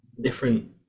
different